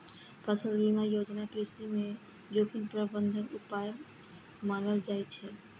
फसल बीमा योजना कृषि मे जोखिम प्रबंधन उपाय मानल जाइ छै